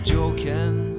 joking